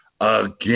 again